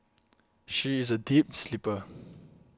she is a deep sleeper